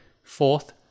Fourth